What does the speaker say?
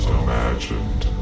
imagined